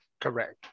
Correct